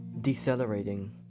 decelerating